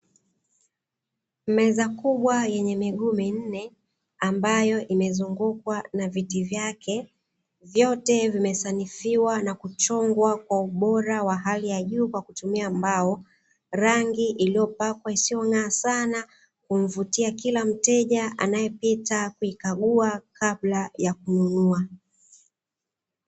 Meza kubwa yenye miguu minne ambayo imezungukwa na viti vyake vyote vimesanifiwa na kuchongwa kwa ubora wa hali ya juu kwa kutumia mbao. Rangi iliyopakwa isiyo ng'aa sana, humvutia kila mteja anayepita kuikagua kabla ya kununua.